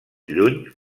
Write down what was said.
lluny